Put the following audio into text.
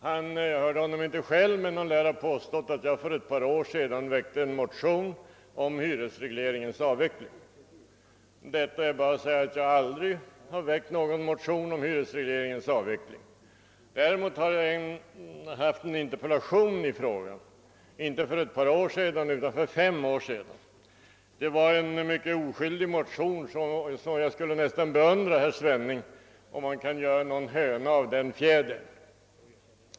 Jag hörde inte själv hans anförande, men han lär ha påstått att jag för ett par år sedan väckte en motion om hyresregleringens avveckling. Om detta är bara att säga, att jag aldrig väckt någon motion om hyresregleringens avveckling. Däremot har jag framställt en interpellation i frågan — inte för ett par år sedan utan för fem år sedan. Det var en mycket oskyldig interpellation, och jag skulle nästan beundra herr Svenning om han kan göra någon höna av den fjädern.